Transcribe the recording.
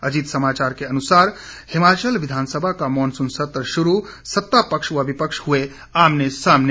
अजीत समाचार के अनुसार हिमाचल विधानसभा का मानसून सत्र शुरू सतापक्ष व विपक्ष हुए आमने सामने